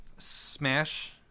smash